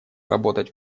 работать